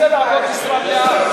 הוא רוצה לעבוד משרה מלאה,